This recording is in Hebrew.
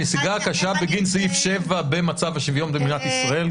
הנסיגה הקשה בגין סעיף 7 במצב השוויון במדינת ישראל,